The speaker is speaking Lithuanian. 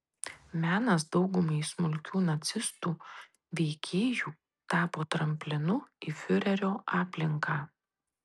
menas daugumai smulkių nacistų veikėjų tapo tramplinu į fiurerio aplinką